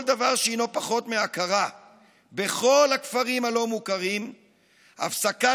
כל דבר שהוא פחות מהכרה בכל הכפרים הלא-מוכרים והפסקת